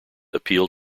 appealed